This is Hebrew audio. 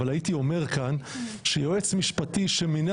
אבל הייתי אומר כאן שיועץ משפטי שמינה